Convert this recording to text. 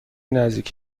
نزدیک